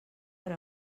per